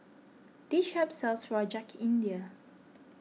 this shop sells Rojak India